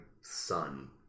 son